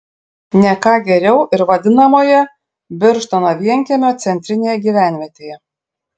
ne ką geriau ir vadinamoje birštono vienkiemio centrinėje gyvenvietėje